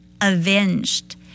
avenged